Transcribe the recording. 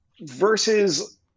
versus